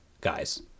guys